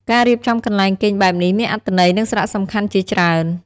ការរៀបចំកន្លែងគេងបែបនេះមានអត្ថន័យ និងសារៈសំខាន់ជាច្រើន។